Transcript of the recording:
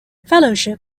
fellowship